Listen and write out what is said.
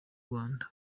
rwanda